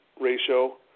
ratio